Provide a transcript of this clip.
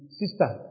sister